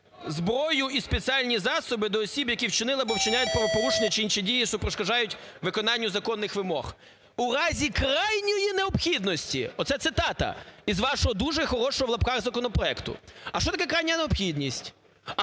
зброю і спеціальні засоби до осіб, які вчинили або вчиняють правопорушення чи інші дії, що перешкоджають виконанню законних вимог". "У разі крайньої необхідності" – оце цитата із вашого дуже хорошого в лапках законопроекту. А що таке "крайня необхідність",